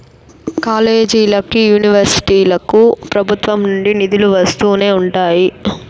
కాలేజీలకి, యూనివర్సిటీలకు ప్రభుత్వం నుండి నిధులు వస్తూనే ఉంటాయి